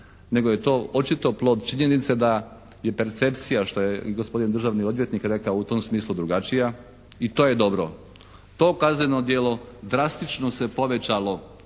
nego je to očito plod činjenice da je percepcija što je i gospodin državni odvjetnik rekao u tom smislu drugačija i to je dobro. To kazneno djelo drastično se povećalo,